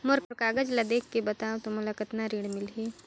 मोर कागज ला देखके बताव तो मोला कतना ऋण मिलही?